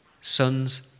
Sons